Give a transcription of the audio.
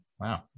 Wow